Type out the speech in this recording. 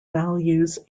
values